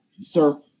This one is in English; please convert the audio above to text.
sir